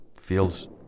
feels